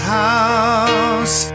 house